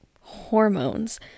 hormones